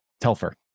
telfer